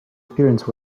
appearance